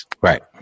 Right